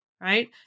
Right